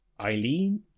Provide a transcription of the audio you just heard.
eileen